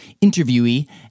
interviewee